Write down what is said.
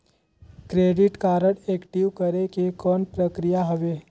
Credit card active करे के कौन प्रक्रिया हवे?